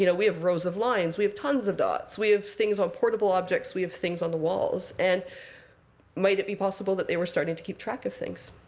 you know we have rows of lines. we have tons of dots. we have things on portable objects. we have things on the walls. and might it be possible that they were starting to keep track of things?